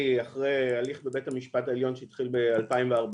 אחרי הליך בבית המשפט העליון שהחל ב-2014,